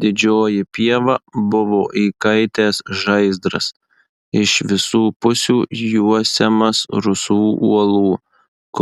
didžioji pieva buvo įkaitęs žaizdras iš visų pusių juosiamas rusvų uolų